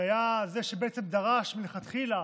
שהיה זה שדרש מלכתחילה